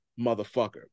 motherfucker